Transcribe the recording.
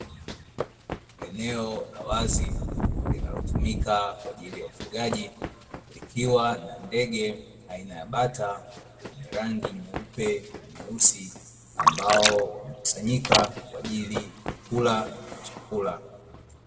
Eneo la wazi, linalotumika kwa ajili ya ufugaji, likiwa na ndege aina ya bata, wenye rangi nyeupe na nyeusi, ambao wamekusanyika kwa ajili ya kula chakula.